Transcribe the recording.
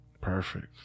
Perfect